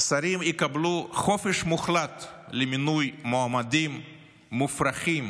שרים יקבלו חופש מוחלט למינוי מועמדים מופרכים,